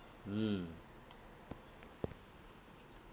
mm